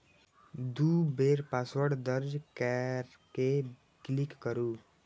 दू बेर पासवर्ड दर्ज कैर के क्लिक करू